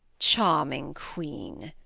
charming queen,